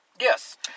Yes